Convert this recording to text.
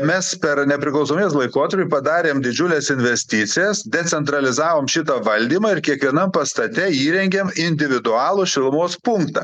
mes per nepriklausomybės laikotarpį padarėm didžiules investicijas decentralizavom šitą valdymą ir kiekvienam pastate įrengėm individualų šilumos punktą